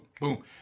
boom